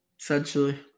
essentially